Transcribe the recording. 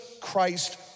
Christ